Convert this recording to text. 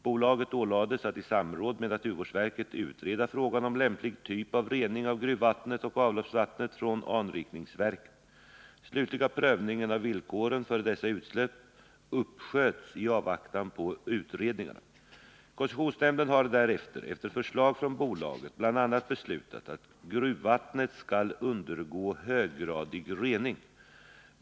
Bolaget ålades att i samråd med naturvårdsverket utreda frågan om lämplig typ av rening av gruvvattnet och avloppsvattnet från anrikningsverket. Den slutliga prövningen av villkoren för dessa utsläpp uppsköts i avvaktan på utredningarna. Koncessionsnämnden har därefter efter förslag från bolaget bl.a. beslutat att gruvvattnet skall undergå höggradig rening.